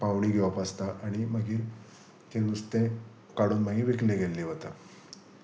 पावणी घेवप आसता आनी मागीर तें नुस्तें काडून मागीर विकलें गेल्ली वता